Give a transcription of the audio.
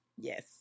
yes